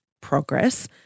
progress